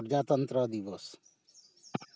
ᱯᱨᱚᱡᱟᱛᱚᱱᱛᱨᱚ ᱫᱤᱵᱚᱥ